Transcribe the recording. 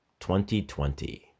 2020